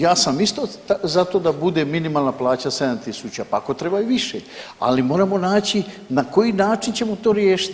Ja sam isto za to da bude minimalna plaća 7.000, pa ako treba i više, ali moramo naći na koji način ćemo to riješiti.